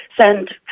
send